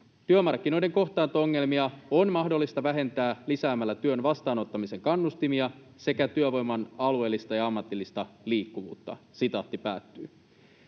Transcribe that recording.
”Työmarkkinoiden kohtaanto-ongelmia on mahdollista vähentää lisäämällä työn vastaanottamisen kannustimia sekä työvoiman alueellista ja ammatillista liikkuvuutta.” Arvoisa